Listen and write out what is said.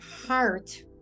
heart